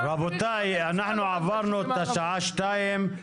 טוב, רבותיי, אנחנו עברנו את השעה שתיים.